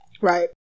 Right